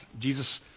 jesus